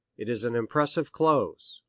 it is an impressive close.